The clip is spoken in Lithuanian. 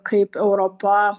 kaip europa